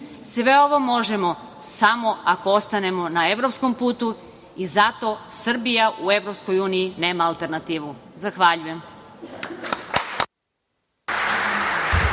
ovo možemo samo ako ostanemo na evropskom putu i zato Srbija u Evropskoj uniji nema alternativu. Zahvaljujem.